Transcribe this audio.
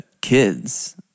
kids